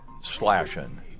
slashing